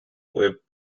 web